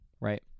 right